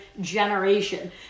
generation